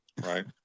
right